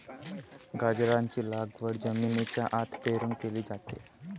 गाजराची लागवड जमिनीच्या आत पेरून केली जाते